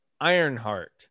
Ironheart